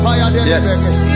yes